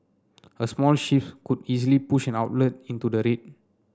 a small shift could easily push an outlet into the red